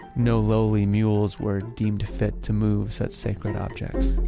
no lowly mules were deemed fit to move such sacred objects.